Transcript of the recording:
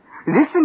Listen